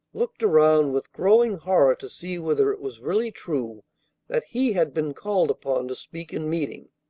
looked around with growing horror to see whether it was really true that he had been called upon to speak in meeting.